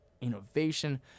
innovation